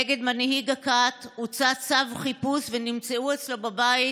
נגד מנהיג הכת הוצא צו חיפוש ונמצאו אצלו בבית